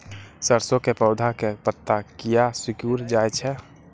सरसों के पौधा के पत्ता किया सिकुड़ जाय छे?